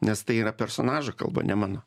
nes tai yra personažo kalba ne mano